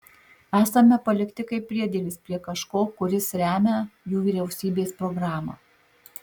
esame palikti kaip priedėlis prie kažko kuris remią jų vyriausybės programą